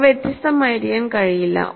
അവ വ്യത്യസ്തമായിരിക്കാൻ കഴിയില്ല